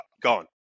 gone